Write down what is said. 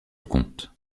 leconte